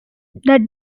dairy